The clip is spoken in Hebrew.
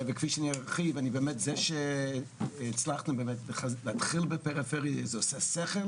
זה שהצלחנו להתחיל בפריפריה זה הגיוני.